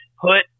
put